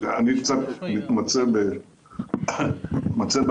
אני קצת מתמצה בעקומות